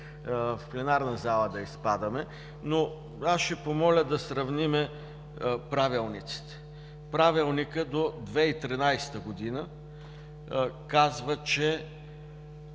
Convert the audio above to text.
в пленарна зала да изпадаме, но ще помоля да сравним правилниците. В Правилника до 2013 г. се казва, че